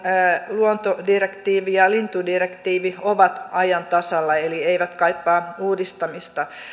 luontodirektiivi ja lintudirektiivi ovat ajan tasalla eli eivät kaipaa uudistamista